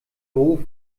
doof